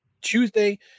Tuesday